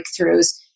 breakthroughs